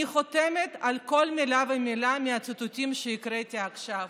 אני חותמת על כל מילה ומילה מהציטוטים שהקראתי עכשיו.